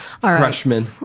Freshman